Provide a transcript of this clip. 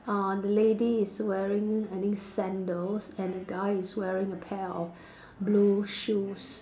uh the lady is wearing I think sandals and the guy is wearing a pair of blue shoes